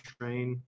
train